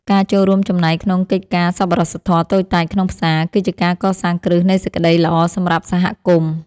ការចូលរួមចំណែកក្នុងកិច្ចការសប្បុរសធម៌តូចតាចក្នុងផ្សារ គឺជាការកសាងគ្រឹះនៃសេចក្ដីល្អសម្រាប់សហគមន៍។